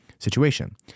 Situation